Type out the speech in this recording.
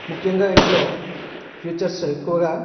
ముఖ్యంగా ఇందులో ఫీచర్స్ ఎక్కువగా